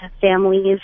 families